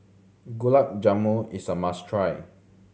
Gulab Jamun is a must try